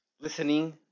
listening